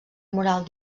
moral